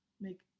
make